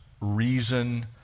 reason